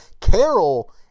Carol